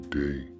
day